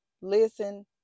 Listen